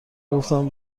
گفتم